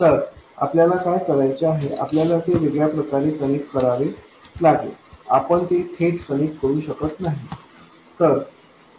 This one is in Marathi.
तर आपल्याला काय करायचे आहे आपल्याला ते वेगळ्या प्रकारे कनेक्ट करावे लागेल आपण ते थेट कनेक्ट करू शकत नाही